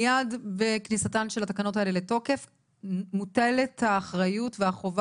מיד בכניסתן של התקנות האלה לתוקף מוטלת האחריות והחובה